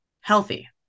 healthy